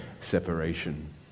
separation